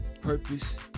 Purpose